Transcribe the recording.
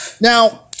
Now